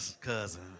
cousin